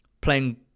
playing